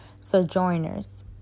sojourners